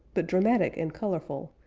but dramatic and colorful,